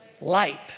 Light